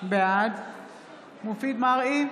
בעד מופיד מרעי,